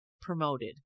promoted